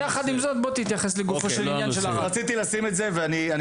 יחד עם זאת בוא תתייחס לגופו של ענין של ערד.